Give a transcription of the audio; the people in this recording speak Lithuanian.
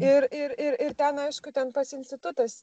ir ir ir ten aišku ten pats institutas